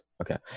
Okay